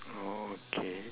oh okay